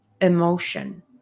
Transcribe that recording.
emotion